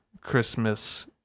Christmas